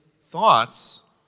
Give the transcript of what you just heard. thoughts